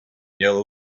yellow